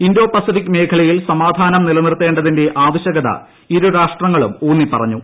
Indo Pacific മേഖലയിൽ സമാധാനം നിലനിർത്തേ തിന്റെ ആവശ്യകത ഇരു രാഷ്ട്രങ്ങളും ഊന്നിപ്പറഞ്ഞു